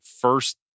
first